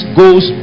goes